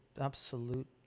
absolute